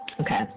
Okay